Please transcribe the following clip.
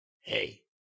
Hey